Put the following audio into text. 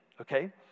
okay